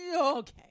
okay